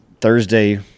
Thursday